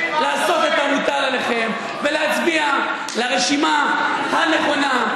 לעשות את המוטל עליכם ולהצביע לרשימה הנכונה,